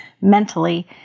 mentally